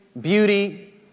beauty